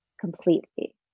completely